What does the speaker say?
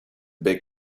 big